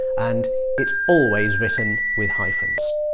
and it's always written with hyphens.